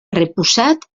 repussat